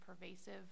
pervasive